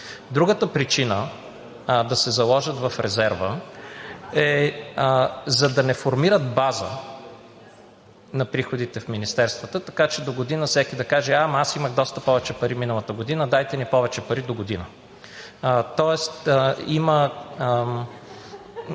Другата причина да се заложат в резерва е, за да не формират база на приходите в министерствата, така че догодина всеки да каже: а, ама аз имах доста повече пари миналата година, дайте ми повече пари догодина. Тоест има…